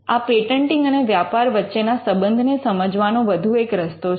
આ પેટન્ટિંગ અને વ્યાપાર વચ્ચેના સંબંધને સમજવાનો વધુ એક રસ્તો છે